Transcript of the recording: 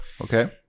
okay